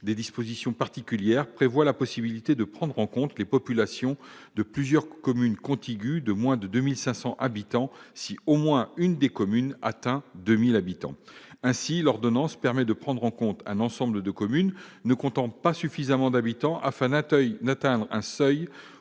des dispositions particulières prévoient la possibilité de prendre en compte les populations de plusieurs communes contiguës de moins de 2 500 habitants, si au moins l'une des communes atteint 2 000 habitants. Ainsi, l'ordonnance permet de prendre en compte un ensemble de communes ne comptant pas suffisamment d'habitants, afin d'atteindre un seuil